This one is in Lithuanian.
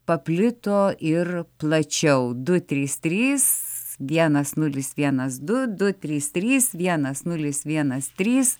paplito ir plačiau du trys trys vienas nulis vienas du du trys trys vienas nulis vienas trys